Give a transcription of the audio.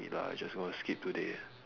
it lah I just going to sleep today